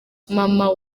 maman